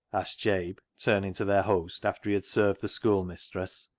asked jabe, turning to their host, after he had served the schoolmistress.